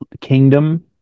kingdom